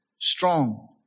strong